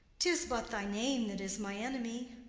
tis but thy name that is my enemy.